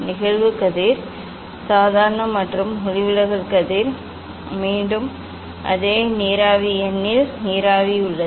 நிகழ்வு கதிர் சாதாரண மற்றும் ஒளிவிலகல் கதிர் மீண்டும் அதே நீராவி n இல் நீராவி உள்ளது